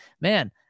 man